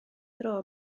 dro